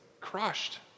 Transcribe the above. crushed